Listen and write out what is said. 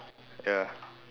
ya